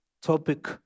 topic